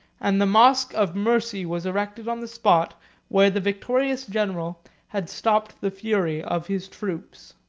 and the mosch of mercy was erected on the spot where the victorious general had stopped the fury of his troops.